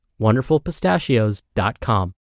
wonderfulpistachios.com